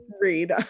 read